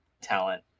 talent